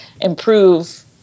improve